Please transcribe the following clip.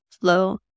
flow